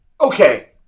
Okay